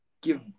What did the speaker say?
give